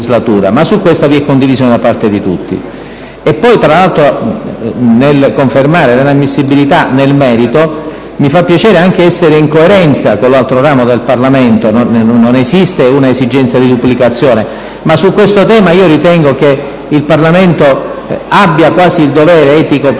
Ma su questo vi è condivisione da parte di tutti. Tra l'altro, nel confermare le inammissibilità nel merito, mi fa piacere anche essere in coerenza con l'altro ramo del Parlamento. Non esiste un'esigenza di duplicazione, ma su questo tema ritengo che il Parlamento abbia quasi il dovere etico, politico,